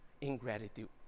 Ingratitude